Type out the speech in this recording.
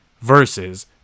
versus